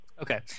Okay